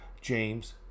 james